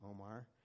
Omar